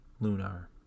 Lunar